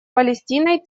палестиной